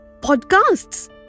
Podcasts